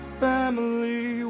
family